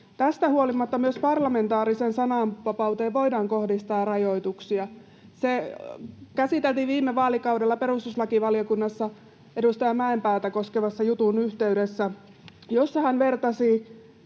Tästä huolimatta myös parlamentaariseen sananvapauteen voidaan kohdistaa rajoituksia. Sitä käsiteltiin viime vaalikaudella perustuslakivaliokunnassa edustaja Mäenpäätä koskevan jutun yhteydessä, jossa hän puhui